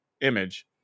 image